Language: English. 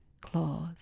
claws